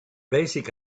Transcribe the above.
basic